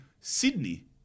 Sydney